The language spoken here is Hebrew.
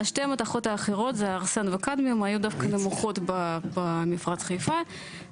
אז שתי המתכות האחרות זה ארסן וקדמיום שהיו דווקא נמוכות במפרץ חיפה,